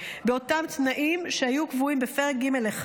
באותם תנאים שהיו קבועים בפרק ג'1,